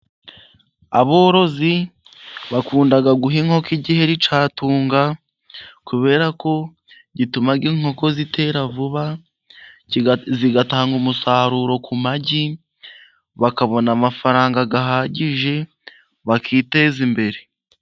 Aborozi bakunda guha inkoko igiheri cya tunga kubera ko gituma inkoko zitera vuba, zigatanga umusaruro ku magi, bakabona amafaranga ahagije, bakiteza imbere.